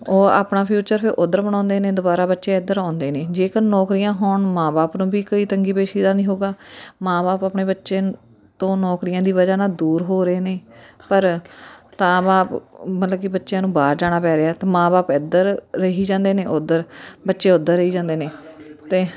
ਉਹ ਆਪਣਾ ਫਿਊਚਰ ਫਿਰ ਉੱਧਰ ਬਣਾਉਂਦੇ ਨੇ ਦੁਬਾਰਾ ਬੱਚੇ ਇੱਧਰ ਆਉਂਦੇ ਨਹੀਂ ਜੇਕਰ ਨੌਕਰੀਆਂ ਹੋਣ ਮਾਂ ਬਾਪ ਨੂੰ ਵੀ ਕੋਈ ਤੰਗੀ ਪੇਸ਼ੀ ਦਾ ਨਹੀਂ ਹੋਊਗਾ ਮਾਂ ਬਾਪ ਆਪਣੇ ਬੱਚੇ ਤੋਂ ਨੌਕਰੀਆਂ ਦੀ ਵਜ੍ਹਾ ਨਾਲ ਦੂਰ ਹੋ ਰਹੇ ਨੇ ਪਰ ਤਾਂ ਬਾਪ ਮਤਲਬ ਕਿ ਬੱਚਿਆਂ ਨੂੰ ਬਾਹਰ ਜਾਣਾ ਪੈ ਰਿਹਾ ਤਾਂ ਮਾਂ ਬਾਪ ਇੱਧਰ ਰਹੀ ਜਾਂਦੇ ਨੇ ਉੱਧਰ ਬੱਚੇ ਉੱਧਰ ਰਹੀ ਜਾਂਦੇ ਨੇ ਅਤੇ